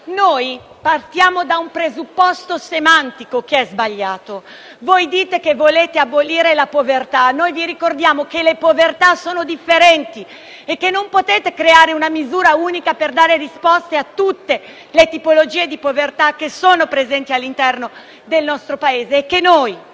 Noi partiamo da un presupposto semantico che riteniamo sbagliato: voi dite che volete abolire la povertà e noi vi ricordiamo che le povertà sono differenti e che non potete creare una misura unica per dare risposte a tutte le tipologie di povertà presenti all'interno del nostro Paese,